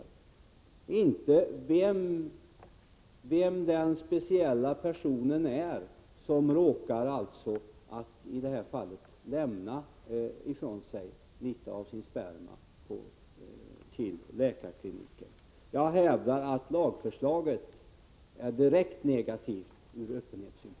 Det viktiga är inte vem den speciella person är som har råkat lämna ifrån sig litet av sin sperma till kliniken. Jag hävdar att lagförslaget är direkt negativt för öppenheten.